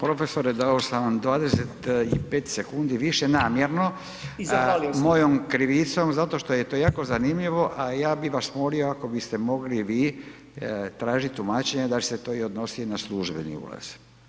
Profesore, dao sam vam 25 sekundi više namjerno [[Upadica: I zahvalio sam.]] mojom krivicom zato što je to jako zanimljivo, a ja bih vas molio, ako biste vi tražiti tumačenje da li se to odnosi i na službeni ulaz.